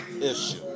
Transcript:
issue